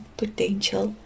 potential